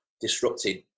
disrupted